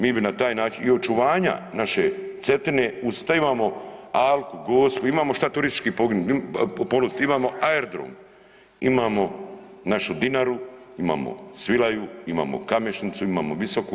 Mi bi na taj način i očuvanja naše Cetine uz što imamo alku, gospu, imamo šta turistički ponuditi, imamo aerodrom, imamo našu Dinaru, imamo Svilaju, imamo Kamešnicu, imamo Visoku.